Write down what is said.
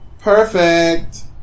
Perfect